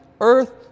earth